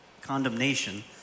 condemnation